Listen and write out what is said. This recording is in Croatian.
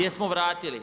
Jesmo vratili.